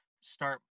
start